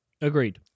Agreed